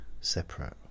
separate